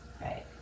Right